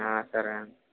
సరేనండి